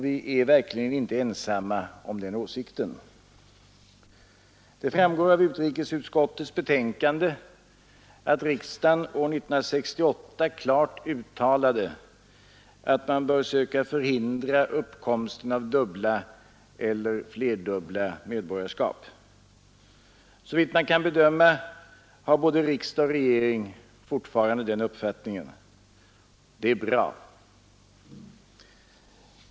Vi är verkligen inte ensamma om den åsikten. Det framgår av utrikesutskottets betänkande att riksdagen år 1968 klart uttalade att man bör söka förhindra uppkomsten av dubbla eller flerdubbla medborgarskap. Såvitt man kan bedöma har både riksdag och regering fortfarande den uppfattningen. Det är bra.